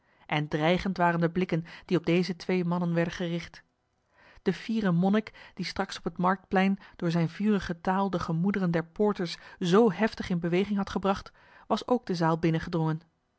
en dreigend waren de blikken die op deze twee mannen werden gericht de fiere monnik die straks op het marktplein door zijne vurige taal de gemoederen der poorters zoo heftig in beweging had gebracht was ook de zaal binnengedrongen